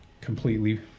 completely